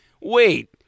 Wait